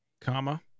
comma